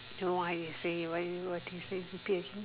no I say what did you say repeat again